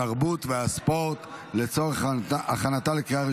התרבות והספורט נתקבלה.